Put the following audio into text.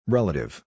Relative